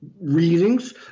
readings